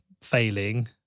failing